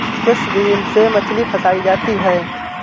fish wheel से मछली फँसायी जाती है